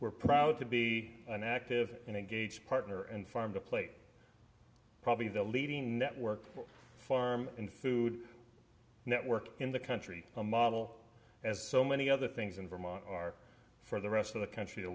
we're proud to be an active and engaged partner and farm to play probably the leading network farm and food network in the country a model as so many other things in vermont are for the rest of the country to